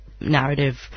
narrative